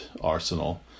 Arsenal